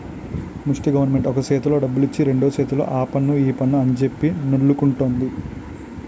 ముస్టి గవరమెంటు ఒక సేత్తో డబ్బులిచ్చి రెండు సేతుల్తో ఆపన్ను ఈపన్ను అంజెప్పి నొల్లుకుంటంది